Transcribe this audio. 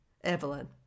Evelyn